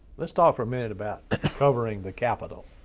let's talk for a minute about covering the capitol.